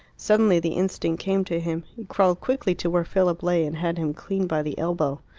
suddenly the instinct came to him. he crawled quickly to where philip lay and had him clean by the elbow.